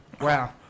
Wow